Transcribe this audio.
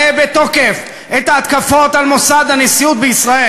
בתוקף את ההתקפות על מוסד הנשיאות בישראל.